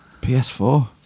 PS4